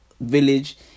village